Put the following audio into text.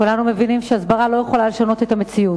כולנו מבינים שהסברה לא יכולה לשנות את המציאות,